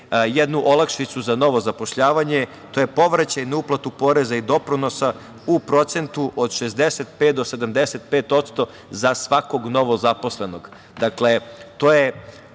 jednu olakšicu za novo zapošljavanje, to je povraćaj na uplatu poreza i doprinosa u procentu od 65 do 75% za svakog novozaposlenog. Dakle,